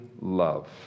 love